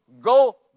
go